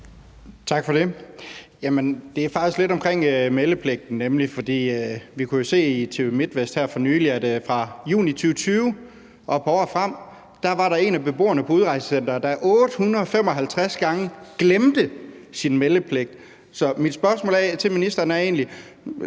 Tak for det. Det er et spørgsmål omkring meldepligten, for vi kunne jo se i TV Midtvest her for nylig, at fra juni 2020 og et par år frem var der en af beboerne på udrejsecenteret, der 855 gange »glemte« sin meldepligt. Så mit spørgsmål til ministeren er egentlig: